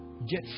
get